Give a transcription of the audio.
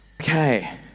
Okay